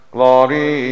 Glory